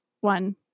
one